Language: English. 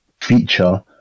feature